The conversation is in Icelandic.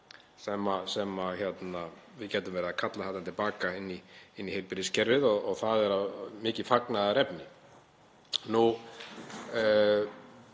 sem við gætum verið að kalla til baka inn í heilbrigðiskerfið, og það er mikið fagnaðarefni.